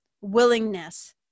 willingness